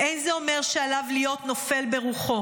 --- אין זה אומר שעליו להיות נופל ברוחו".